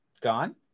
gone